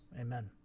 Amen